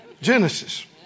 Genesis